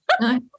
No